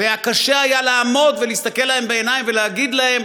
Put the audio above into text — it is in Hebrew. והיה קשה לעמוד ולהסתכל להם בעיניים ולהגיד להם: